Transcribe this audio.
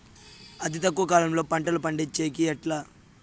అతి తక్కువ కాలంలో పంటలు పండించేకి ఎట్లా?